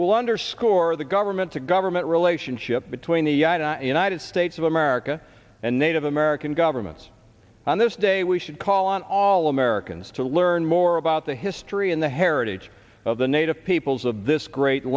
will underscore the government to government relationship between the united states of america and native american governments on this day we should call on all americans to learn more about the history and the heritage of the native peoples of this great